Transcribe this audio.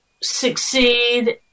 succeed